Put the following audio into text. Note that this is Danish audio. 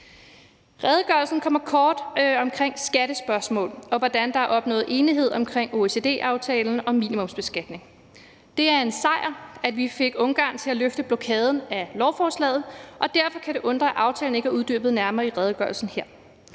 Redegørelsen kommer kort omkring skattespørgsmål, og hvordan der er opnået enighed om OECD-aftalen om minimumsbeskatning. Det er en sejr, at vi fik Ungarn til at løfte blokaden af lovforslaget, og derfor kan det undre, at aftalen ikke er uddybet nærmere i redegørelsen her.